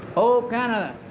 oh, canada!